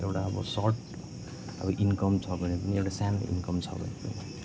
एउटा अब सर्ट अब इन्कम छ भने पनि एउटा सानो इन्कम छ भने पनि